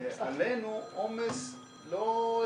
עלינו עומס לא הכרחי,